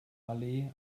allee